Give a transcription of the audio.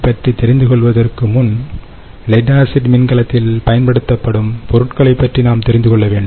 பற்றி தெரிந்துகொள்வதற்கு முன் லெட் ஆசிட் மின்கலத்தில் பயன்படுத்தப்படும் பொருட்களைப் பற்றி நாம் தெரிந்து கொள்ள வேண்டும்